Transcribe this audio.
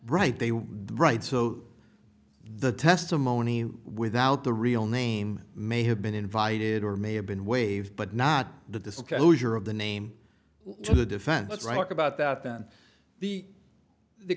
right they were right so the testimony without the real name may have been invited or may have been waived but not the disclosure of the name to the defendant's right about that then the